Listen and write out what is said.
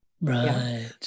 Right